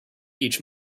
each